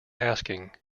asking